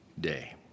day